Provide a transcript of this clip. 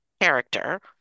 character